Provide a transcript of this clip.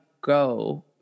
go